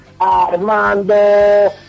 Armando